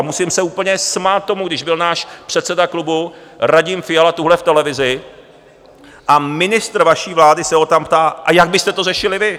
A musím se úplně smát tomu, když byl náš předseda klubu Radim Fiala tuhle v televizi a ministr vaší vlády se ho tam ptá: A jak byste to řešili vy?